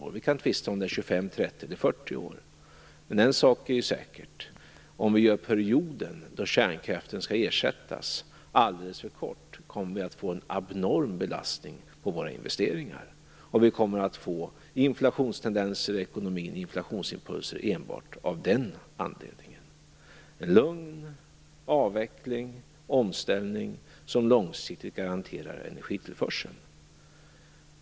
Vi kan tvista om huruvida det är efter 25, 30 eller 40 år, men en sak är säker: Om vi gör den period efter vilken kärnkraften skall ersättas alldeles för kort, kommer vi att få en abnorm belastning på våra investeringar. Vi kommer enbart av den anledningen att få inflationsimpulser i ekonomin. Vi behöver en lugn avveckling och omställning, som långsiktigt garanterar energitillförseln.